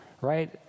Right